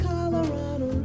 Colorado